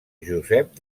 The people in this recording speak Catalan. josep